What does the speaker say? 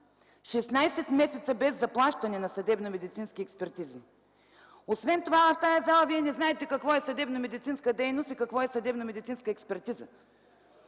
16 месеца без заплащане на съдебномедицински експертизи. Освен това в тази зала вие не знаете какво е съдебномедицинска дейност и какво е съдебномедицинска експертиза.